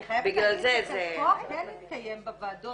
אני חייבת להגיד שחלקו כן התקיים בוועדות,